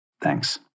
Thanks